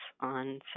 on